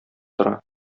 тора